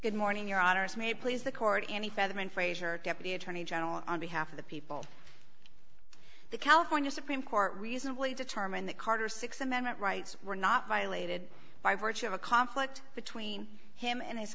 good morning your honor may please the court any fathoming frazier deputy attorney general on behalf of the people the california supreme court reasonably determined that carter six amendment rights were not violated by virtue of a conflict between him and his